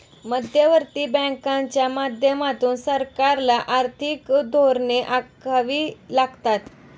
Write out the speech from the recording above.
मध्यवर्ती बँकांच्या माध्यमातून सरकारला आर्थिक धोरणे आखावी लागतात